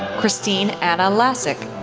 kristine anna lacek,